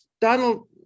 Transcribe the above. Donald